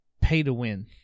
pay-to-win